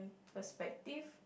perspective